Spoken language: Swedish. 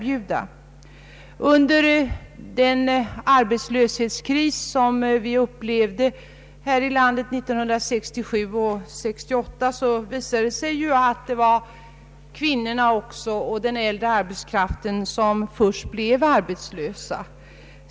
Under den arbetslöshetskris som vi upplevde här i landet 1967 och 1968 visade det sig att det var kvinnorna och den äldre arbetskraften som först blev arbetslösa.